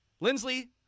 Lindsley